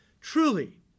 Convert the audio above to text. truly